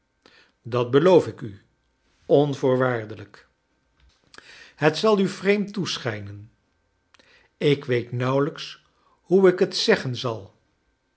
dat beloof ik u onvoorwaardelijk het zal u vreemd tooschijnen ik weet nauwelijks hoe ik t zeggen zal